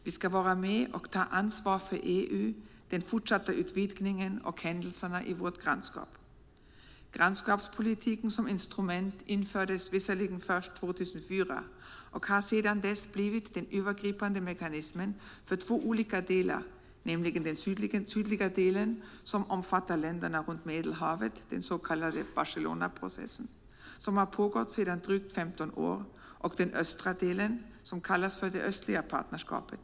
Vi ska vara med och ta ansvar för EU, den fortsatta utvidgningen och händelserna i vårt grannskap. Grannskapspolitiken som instrument infördes visserligen först 2004 men har sedan dess blivit den övergripande mekanismen för två olika delar, nämligen den sydliga delen som omfattar länderna runt Medelhavet - den så kallade Barcelonaprocessen som har pågått sedan drygt 15 år - och den östra delen som kallas för det östliga partnerskapet.